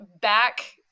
back